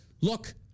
look